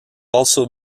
also